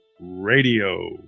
Radio